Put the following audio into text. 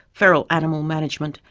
feral animal management,